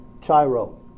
chiro